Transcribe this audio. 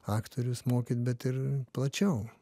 aktorius mokyt bet ir plačiau